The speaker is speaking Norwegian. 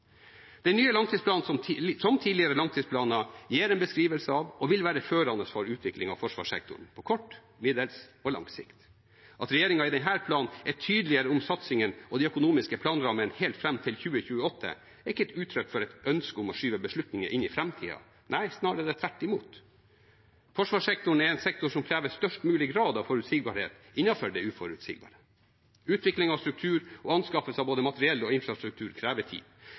Den nye langtidsplanen, som tidligere langtidsplaner, gir en beskrivelse av og vil være førende for utviklingen av forsvarssektoren på kort, middels og lang sikt. At regjeringen i denne planen er tydeligere om satsingen og de økonomiske planrammene helt fram til 2028, er ikke et uttrykk for et ønske om å skyve beslutningene inn i framtida – nei, snarere tvert imot. Forsvarssektoren er en sektor som krever størst mulig grad av forutsigbarhet innenfor det uforutsigbare. Utvikling av struktur og anskaffelse av både materiell og infrastruktur krever tid,